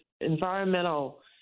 environmental